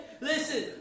Listen